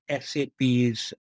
SAP's